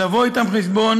לבוא אתם חשבון,